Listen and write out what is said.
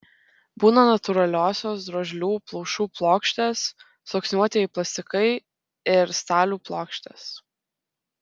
būna natūraliosios drožlių plaušų plokštės sluoksniuotieji plastikai ir stalių plokštės